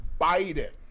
Biden